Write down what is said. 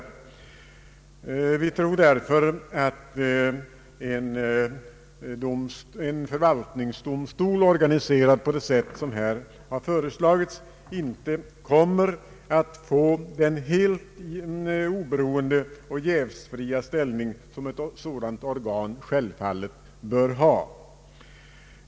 Vi tror därför att en förvaltningsdomstol, organiserad på det sätt som här har föreslagits, inte kommer att få den helt oberoende och jävsfria ställning som ett sådant organ självfallet bör ha.